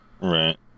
right